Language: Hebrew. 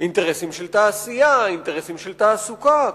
אינטרסים של תעשייה, אינטרסים של תעסוקה.